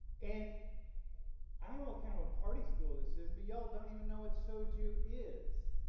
and i don't know what kind of a party school this is, but y'all don't even know what soju is.